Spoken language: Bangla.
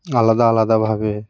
আলাদা আলাদাভাবে